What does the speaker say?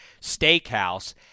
steakhouse